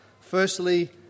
firstly